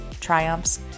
triumphs